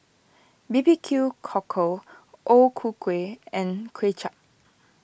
B B Q Cockle O Ku Kueh and Kuay Chap